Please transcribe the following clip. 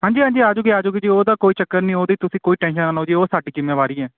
ਹਾਂਜੀ ਹਾਂਜੀ ਆ ਜੂਗੀ ਆ ਜੂਗੀ ਜੀ ਉਹ ਤਾਂ ਕੋਈ ਚੱਕਰ ਨਹੀਂ ਉਹਦੀ ਤੁਸੀਂ ਕੋਈ ਟੈਂਸ਼ਨ ਨਾ ਲਓ ਜੀ ਉਹ ਸਾਡੀ ਜ਼ਿੰਮੇਵਾਰੀ ਹੈ